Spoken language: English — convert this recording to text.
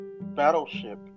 battleship